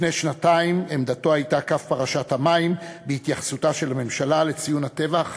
לפני שנתיים עמדתו הייתה קו פרשת המים בהתייחסותה של הממשלה לציון הטבח,